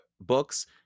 books